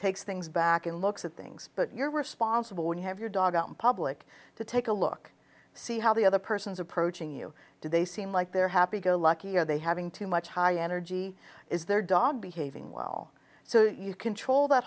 takes things back and looks at things but you're responsible when you have your dog out in public to take a look see how the other person's approaching you do they seem like they're happy go lucky are they having too much high energy is their dog behaving well so you control that